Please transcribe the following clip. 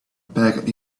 packed